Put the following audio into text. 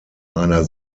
einer